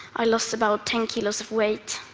i lost about ten kilos of weight.